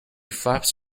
flaps